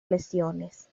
lesiones